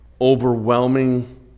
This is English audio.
overwhelming